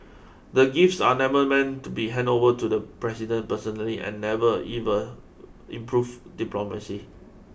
the gifts are never meant to be handed over to the president personally and never ever improved diplomacy